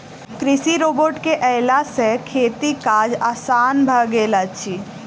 कृषि रोबोट के अयला सॅ खेतीक काज आसान भ गेल अछि